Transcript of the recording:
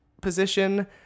position